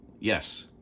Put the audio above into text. yes